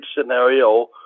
scenario